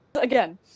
Again